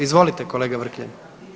Izvolite kolega Vrkljan.